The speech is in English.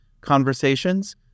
conversations